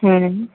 હમ્મ